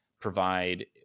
provide